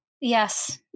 Yes